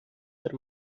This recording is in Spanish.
ser